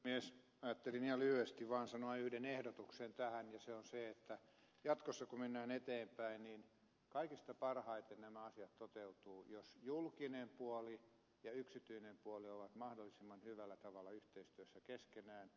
ajattelin ihan lyhyesti vaan sanoa yhden ehdotuksen tähän ja se on se että jatkossa kun mennään eteenpäin kaikista parhaiten nämä asiat toteutuvat jos julkinen puoli ja yksityinen puoli ovat mahdollisimman hyvällä tavalla yhteistyössä keskenään